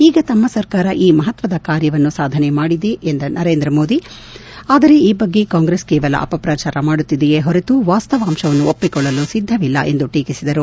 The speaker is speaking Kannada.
ಈಗ ತಮ್ಮ ಸರ್ಕಾರ ಈ ಮಪತ್ತದ ಕಾರ್ಯವನ್ನು ಸಾಧನೆ ಮಾಡಿದೆ ಎಂದ ನರೇಂದ್ರ ಮೋದಿ ಆದರೆ ಈ ಬಗ್ಗೆ ಕಾಂಗ್ರೆಸ್ ಕೇವಲ ಅಪಪ್ರಚಾರ ಮಾಡುತ್ತಿದೆಯೇ ಹೊರತು ವಾಸ್ತವಾಂಶವನ್ನು ಒಪ್ಪಿಕೊಳ್ಳಲು ಸಿದ್ದವಿಲ್ಲ ಎಂದು ಟೀಕಿಸಿದರು